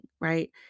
right